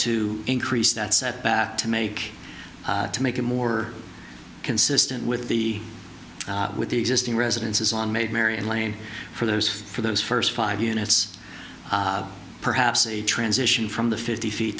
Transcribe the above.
to increase that setback to make to make it more consistent with the with the existing residences on maid marian lane for those for those first five units perhaps a transition from the fifty feet